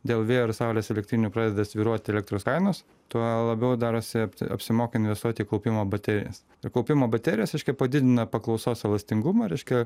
dėl vėjo saulės elektrinių pradeda svyruoti elektros kainos tuo labiau darosi apti apsimoka investuoti kaupimo baterijas ir kaupimo baterijos reiškia padidina paklausos elastingumą reiškia